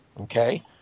Okay